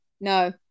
No